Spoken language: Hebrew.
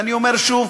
ואני אומר שוב,